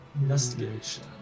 Investigation